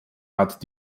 hat